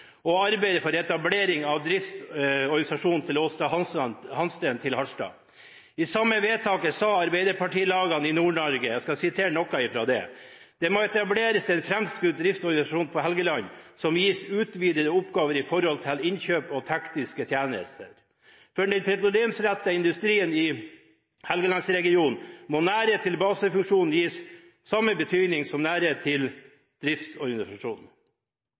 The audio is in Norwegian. og 4. februar 2013 å arbeide for etablering av driftsorganisasjonen til Aasta Hansteen i Harstad. I det samme vedtaket sa arbeiderpartilagene i Nord-Norge: «Det må etableres en fremskutt driftsorganisasjon på Helgeland, som gis utvidede oppgaver i forhold til innkjøp og tekniske tjenester. For den petroleumsrettede industrien i Helgelandsregionen må nærhet til basefunksjonene gis samme betydning som nærhet til